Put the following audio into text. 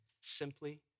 simply